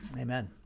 amen